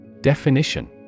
Definition